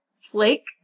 flake